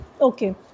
Okay